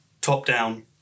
top-down